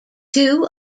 two